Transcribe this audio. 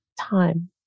time